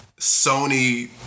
Sony